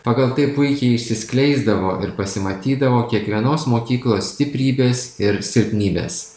pagal tai puikiai išsiskleisdavo ir pasimatydavo kiekvienos mokyklos stiprybės ir silpnybės